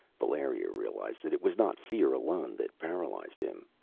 valeria realized that it was not fear alone that paralyzed him.